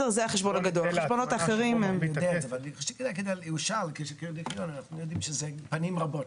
אנחנו יודעים שלקרן פנים רבות.